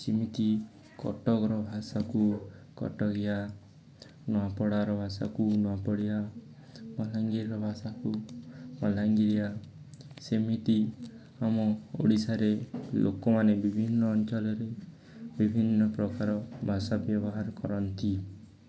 ସେମିତି କଟକର ଭାଷାକୁ କଟିକିଆ ନୂଆପଡ଼ାର ଭାଷାକୁ ନୂଆପଡ଼ିଆ ବଲାଙ୍ଗୀରର ଭାଷାକୁ ବଲାଙ୍ଗୀରିଆ ସେମିତି ଆମ ଓଡ଼ିଶାରେ ଲୋକମାନେ ବିଭିନ୍ନ ଅଞ୍ଚଲରେ ବିଭିନ୍ନ ପ୍ରକାର ଭାଷା ବ୍ୟବହାର କରନ୍ତି